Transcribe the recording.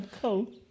Cool